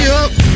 up